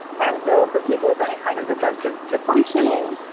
and so for people with any kind of executive dysfunctioning,